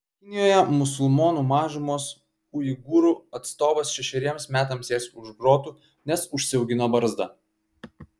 kinijoje musulmonų mažumos uigūrų atstovas šešeriems metams sės už grotų nes užsiaugino barzdą